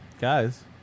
guys